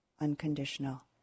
unconditional